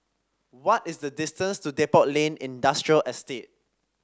what is the distance to Depot Lane Industrial Estate